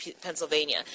Pennsylvania